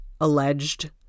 alleged